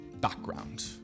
background